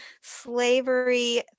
slavery